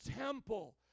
temple